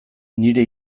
nire